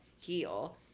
heal